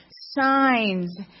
signs